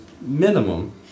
minimum